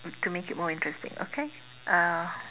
to make it more interesting okay uh